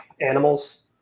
animals